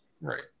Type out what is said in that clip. Right